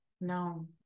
no